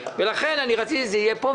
לכן רציתי שזה יהיה פה.